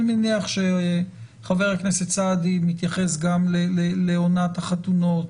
אני מניח חבר הכנסת סעדי מתייחס גם לעונת החתונות,